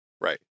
Right